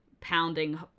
pounding